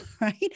right